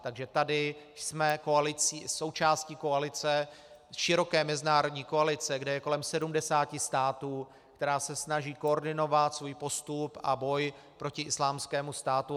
Takže tady jsme součástí široké mezinárodní koalice, kde je kolem 70 států, která se snaží koordinovat svůj postup a boj proti Islámskému státu.